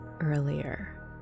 earlier